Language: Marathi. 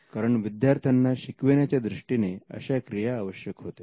कारण विद्यार्थ्यांना शिकविण्याच्या दृष्टीने अशा क्रिया आवश्यक होत्या